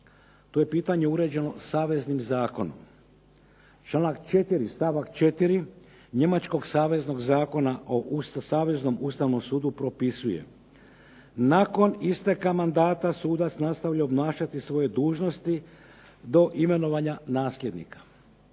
to je pitanje uređeno saveznim zakonom. Članak 4. stavak 4. Njemačkog saveznog zakona o Saveznom Ustavnom sudu propisuje: "Nakon isteka mandata sudac nastavlja obnašati svoje dužnosti do imenovanja nasljednika",